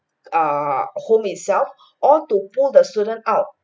err home itself or to pull the student out